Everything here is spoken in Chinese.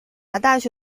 大学